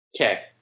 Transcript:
okay